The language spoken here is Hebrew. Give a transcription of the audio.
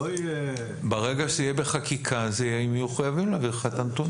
ברגע שיהיה בחקיקה הם יהיו חייבים להעביר לך את הנתונים.